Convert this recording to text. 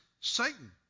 Satan